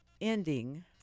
ending